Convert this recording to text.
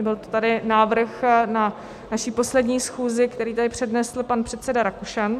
Byl tady návrh na naší poslední schůzi, který tady přednesl pan předseda Rakušan.